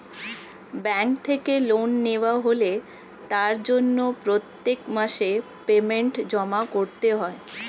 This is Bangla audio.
ব্যাঙ্ক থেকে লোন নেওয়া হলে তার জন্য প্রত্যেক মাসে পেমেন্ট জমা করতে হয়